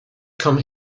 come